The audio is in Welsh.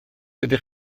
ydych